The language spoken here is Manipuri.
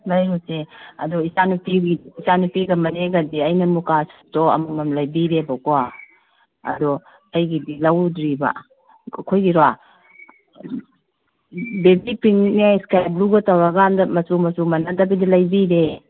ꯂꯩꯔꯨꯁꯦ ꯑꯗꯨ ꯏꯆꯥ ꯅꯨꯄꯤꯒꯤ ꯏꯆꯥ ꯅꯨꯄꯤꯒ ꯃꯅꯦꯒꯗꯤ ꯑꯩꯅ ꯃꯨꯒꯥ ꯁꯨꯠꯇꯣ ꯑꯃꯃꯝ ꯂꯩꯕꯤꯔꯦꯕꯀꯣ ꯑꯗꯣ ꯑꯩꯒꯤꯗꯤ ꯂꯧꯔꯨꯗ꯭ꯔꯤꯕ ꯑꯩꯈꯣꯏꯒꯤꯔꯣ ꯕꯦꯕꯤ ꯄꯤꯡꯅꯦ ꯏꯁꯀꯥꯏ ꯕ꯭ꯂꯨꯒ ꯇꯧꯔ ꯀꯥꯟꯗ ꯃꯆꯨ ꯃꯆꯨ ꯃꯥꯟꯅꯗꯕꯤꯗ ꯂꯩꯕꯤꯔꯦ